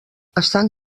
estan